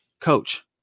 coach